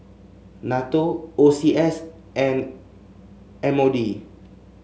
NATO O C S and M O D